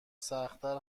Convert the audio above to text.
سختتر